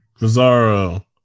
Bizarro